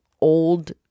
old